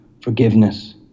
forgiveness